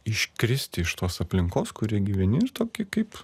iškristi iš tos aplinkos kurioj gyveni ir tokį kaip